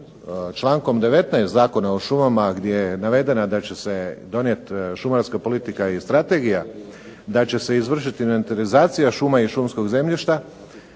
člankom 19. zakona o šumama gdje je navedeno da će se donijeti šumarska politika i strategija, da će se izvršiti inventarizacija šumskog zemljišta